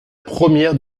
première